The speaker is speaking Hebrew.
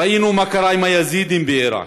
ראינו מה קרה עם היזידים בעיראק,